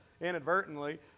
inadvertently